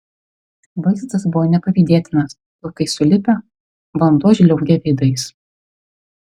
vaizdas buvo nepavydėtinas plaukai sulipę vanduo žliaugia veidais